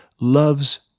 loves